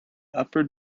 upper